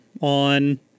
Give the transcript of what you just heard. on